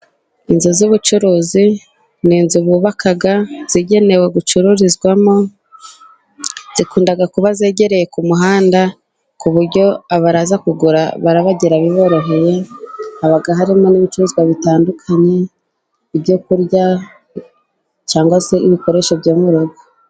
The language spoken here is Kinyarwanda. Inzu z'ubucuruzi, ni inzu bubaka zigenewe gucururizwamo, zikunda kuba zegereye ku muhanda, ku buryo abaza kugura barahagera biboroheye, haba harimo n'ibicuruzwa bitandukanye, ibyo kurya cyangwa se ibikoresho byo mu rugo.